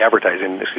advertising